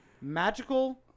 Magical